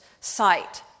site